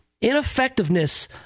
ineffectiveness